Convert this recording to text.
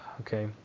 Okay